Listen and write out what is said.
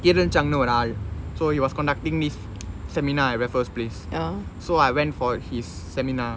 keiran chang ஒறு ஆள்:oru aal so he was conducting this seminar at raffles place so I went for his seminar